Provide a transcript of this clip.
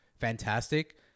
fantastic